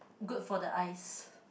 good for the eyes